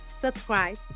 subscribe